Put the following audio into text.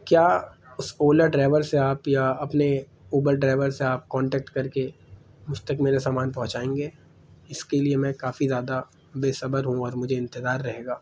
کیا اس اولا ڈرائیور سے آپ یا اپنے اوبر ڈرائیور سے آپ کانٹیکٹ کر کے مجھ تک میرا سامان پہنچائیں گے اس کے لیے میں کافی زیادہ بےصبر ہوں اور مجھے انتظار رہے گا